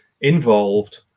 involved